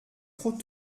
trop